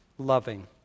loving